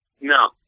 No